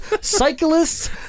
cyclists